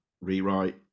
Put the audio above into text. rewrite